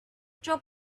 job